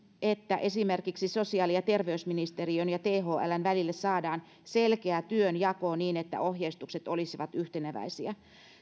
että esimerkiksi sosiaali ja terveysministeriön ja thln välille saadaan selkeä työnjako niin että ohjeistukset olisivat yhteneväisiä